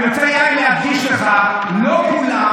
אני רוצה להדגיש לך: לא כולם